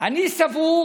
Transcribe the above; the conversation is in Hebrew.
אני סבור